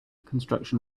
construction